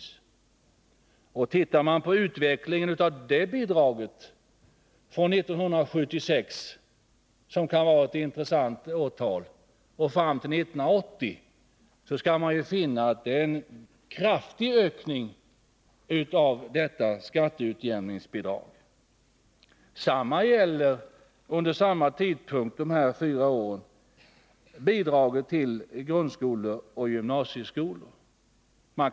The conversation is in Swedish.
Ser man på utvecklingen av skatteutjämningsbidraget mellan 1976, som kan vara ett intressant årtal, och 1980 skall man finna att det undergått en kraftig ökning. Detsamma gäller bidraget till grundskolor och gymnasieskolor under samma tid.